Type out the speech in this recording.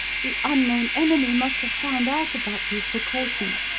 the unknown enemy must have found out about these precautions,